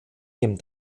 dem